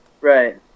right